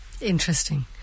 Interesting